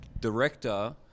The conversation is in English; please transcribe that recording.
director